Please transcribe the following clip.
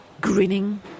grinning